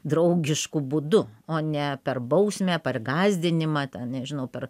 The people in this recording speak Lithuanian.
draugišku būdu o ne per bausmę per gąsdinimą ten nežinau per